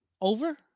over